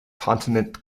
continent